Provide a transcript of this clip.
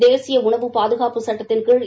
தேசிய உணவு பாதுகாப்பு சுட்டத்தின் கீழ்